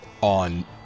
on